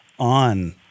on